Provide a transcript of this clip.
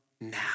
now